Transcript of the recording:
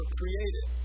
created